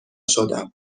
شدم